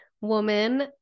woman